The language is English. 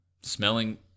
smelling